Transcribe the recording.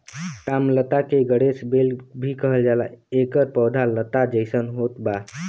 कामलता के गणेश बेल भी कहल जाला एकर पौधा लता जइसन होत बा